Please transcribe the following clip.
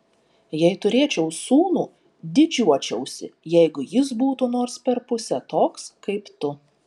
jei turėčiau sūnų didžiuočiausi jeigu jis būtų nors per pusę toks kaip tu